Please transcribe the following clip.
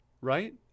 right